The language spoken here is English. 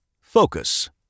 Focus